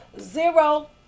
zero